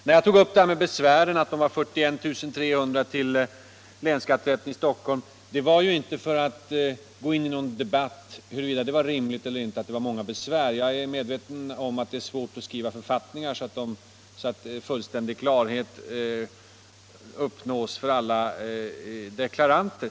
Att jag tog upp de 41 300 besvären till länsskatterätten i Stockholm berodde inte på att jag ville gå in i någon debatt om huruvida det var rimligt eller inte med så många besvär. Jag är medveten om att det är svårt att skriva författningar på ett sådant sätt att fullständig klarhet uppnås för alla deklaranter.